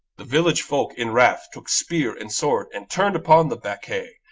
the village folk in wrath took spear and sword, and turned upon the bacchae.